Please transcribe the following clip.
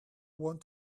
want